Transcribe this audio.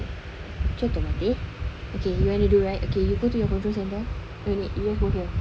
okay okay you want to do right okay you go to your control centre no need you go here